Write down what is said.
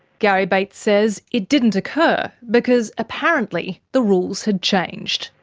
garry bates says it didn't occur because apparently the rules had changed.